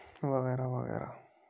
وغیرہ وغیرہ